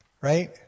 Right